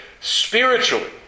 spiritually